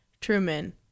truman